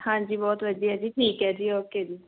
ਹਾਂਜੀ ਬਹੁਤ ਵਧੀਆ ਜੀ ਠੀਕ ਹੈ ਜੀ ਓਕੇ ਜੀ